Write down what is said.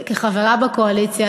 כחברה בקואליציה,